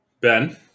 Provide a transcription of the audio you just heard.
Ben